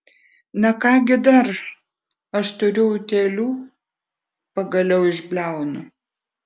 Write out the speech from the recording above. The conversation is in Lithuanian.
na ką gi dar aš turiu utėlių pagaliau išbliaunu